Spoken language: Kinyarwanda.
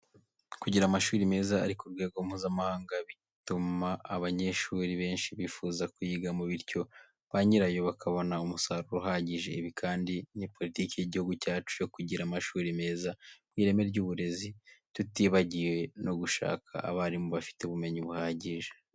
kugira amashuli meza ari ku rwego mpuza mahanga bitumama abanyeshuli benshi bifuza kuyigamo bityo ba nyirayo bakabona umusaruro uhagije. ibi kandi ni politike y'igihugu cyacu yo kugira amashuli meza mu ireme ry'uburezi tutibagiye no gushaka abalimu bafite ubumenyi buhagije.